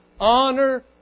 Honor